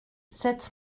cette